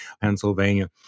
Pennsylvania